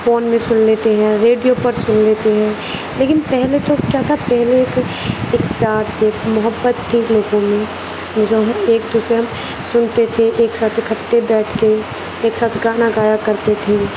phone میں سن لیتے ہیں ریڈیو پر سن لیتے ہیں لیکن پہلے تو کیا تھا پہلے تو ایک پیار تھی ایک محبت تھی لوگوں میں جو ہمیں ایک دوسرے سنتے تھے ایک ساتھ اکٹھے بیٹھ کے ایک ساتھ گانا گایا کرتے تھے